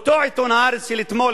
אותו עיתון "הארץ" של אתמול,